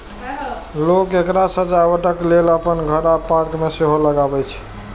लोक एकरा सजावटक लेल अपन घर आ पार्क मे सेहो लगबै छै